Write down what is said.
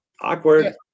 Awkward